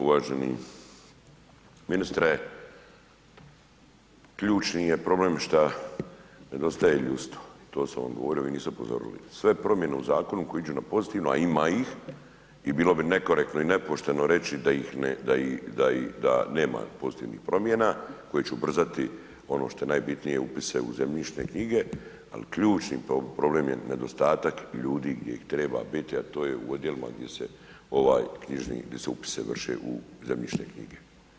Uvaženi ministre, ključni je problem šta nedostaje ljudstvo, to sam vam govorio, vi niste upozorili, sve promjene zakonu koje idu na pozitivno a ima ih i bilo bi nekorektno i nepošteno reći da nema pozitivnih promjena, koje će ubrzati ono što je najbitnije upise u zemljišne knjige ali ključni problem je nedostatak ljudi gdje ih treba biti a to je u odjelima gdje se ovaj knjižni, gdje se upisi vrše u zemljišne knjige.